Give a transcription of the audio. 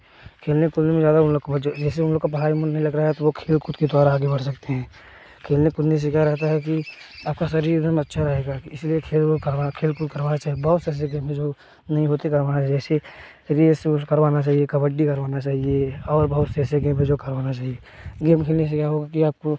खेलने कूदने में ज़्यादा उन लोग को जैसे उन लोग का पढ़ाई में मन नहीं लग रहा है तो वे खेल कूद के द्वारा आगे बढ़ सकते हैं खेलने कूदने से क्या रहता है कि आपका शरीर एक दम अच्छा रहेगा इसलिए खेल खेलकूद करवाना चाहिए बहुत से ऐसे गेम हैं जो नहीं होते करवाना चाहिए जैसे रेस वेस करवाना चाहिए कबड्डी करवाना चाहिए और बहुत से ऐसे गेम हैं जो करवाना चाहिए गेम खेलने से क्या होगा आप